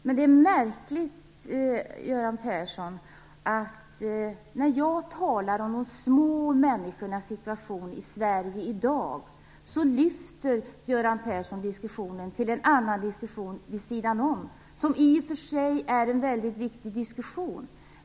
Men det är märkligt, Göran Persson, att när jag talar om de små människornas situation i Sverige i dag lyfter Göran Persson diskussionen, till en annan diskussion vid sidan om. Det är i och för sig en mycket viktig diskussion.